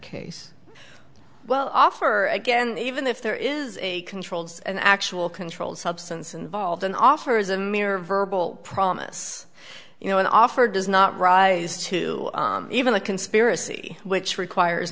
case well offer again even if there is a controlled an actual controlled substance involved an offer is a mere verbal promise you know an offer does not rise to even a conspiracy which requires